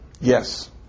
Yes